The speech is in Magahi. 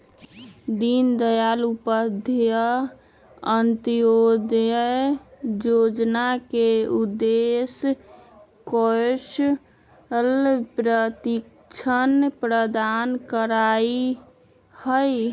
दीनदयाल उपाध्याय अंत्योदय जोजना के उद्देश्य कौशल प्रशिक्षण प्रदान करनाइ हइ